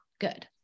good